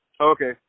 Okay